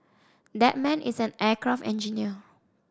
that man is an aircraft engineer